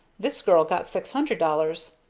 this girl got six hundred dollars,